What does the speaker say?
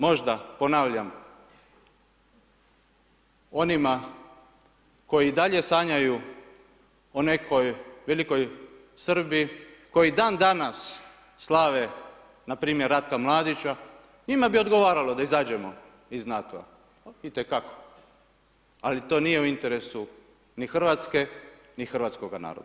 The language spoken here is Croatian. Možda, ponavljam, onima koji dalje sanjaju o nekoj velikoj Srbiji, koji dan danas slave, npr. Ratka Mladića, njima je odgovaralo da izađemo iz NATO-a itekako, ali to nije u interesu ni Hrvatske, ni hrvatskoga naroda.